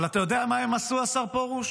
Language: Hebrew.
אבל אתה יודע מה הם עשו, השר פרוש?